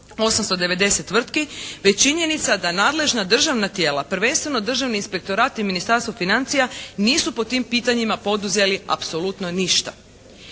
890 tvrtki već činjenica da nadležna državna tijela, prvenstveno Državni inspektorat i Ministarstvo financija nisu po tim pitanjima poduzeli apsolutno ništa.